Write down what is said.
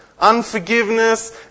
Unforgiveness